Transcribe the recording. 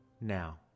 Now